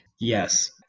yes